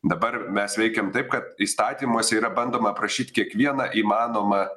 dabar mes veikiam taip kad įstatymuose yra bandoma aprašyt kiekvieną įmanomą